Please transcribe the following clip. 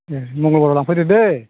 दे मंगलबाराव लांफैदो दे